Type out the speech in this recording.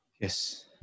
Yes